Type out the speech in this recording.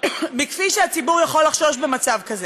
מכפי שהציבור יכול לחשוש במצב כזה.